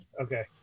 Okay